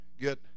get